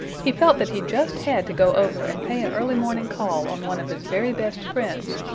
he felt that he just had to go over and pay an early morning call on one of his very best friends,